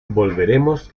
volveremos